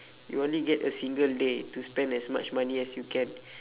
you only get a single day to spend as much money as you can